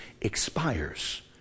expires